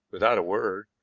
without a word,